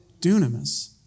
Dunamis